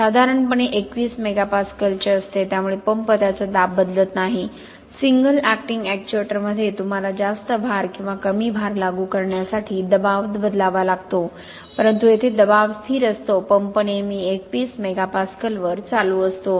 साधारणपणे 21 MPa चे असते त्यामुळे पंप त्याचा दाब बदलत नाही सिंगलअॅक्टिंग ऍक्च्युएटरमध्ये तुम्हाला जास्त भार किंवा कमी भार लागू करण्यासाठी दबाव बदलावा लागतो परंतु येथे दबाव स्थिर असतो पंप नेहमी 21 MPa वर चालू असतो